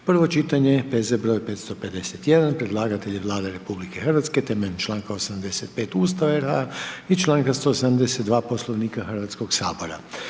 prvo čitanje, P.Z. br. 554 Predlagatelj je Vlada Republike Hrvatske temeljem čl. 85. Ustava RH i čl. 172. Poslovnika Hrvatskog sabora.